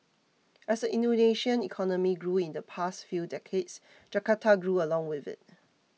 as the Indonesian economy grew in the past few decades Jakarta grew along with it